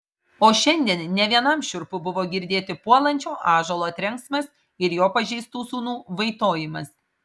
o šiandien ne vienam šiurpu buvo girdėti puolančio ąžuolo trenksmas ir jo pažeistų sūnų vaitojimas